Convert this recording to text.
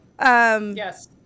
Yes